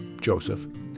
Joseph